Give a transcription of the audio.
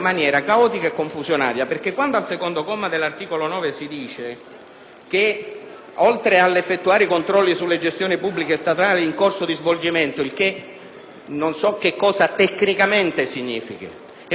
9 si parla di effettuare controlli sulle gestioni pubbliche e statali in corso di svolgimento, il che non si comprende che cosa tecnicamente significhi. È un controllo di gestione? Allora, introduciamo una norma che disciplini il controllo di gestione.